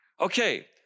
Okay